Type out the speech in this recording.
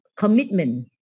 commitment